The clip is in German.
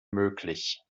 möglich